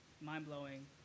mind-blowing